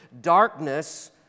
darkness